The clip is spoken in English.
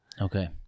Okay